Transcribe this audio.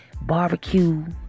barbecue